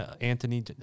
Anthony